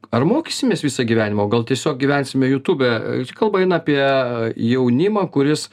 ar mokysimės visą gyvenimą o gal tiesiog gyvensime youtube čia kalba eina apie jaunimą kuris